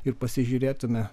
ir pasižiūrėtume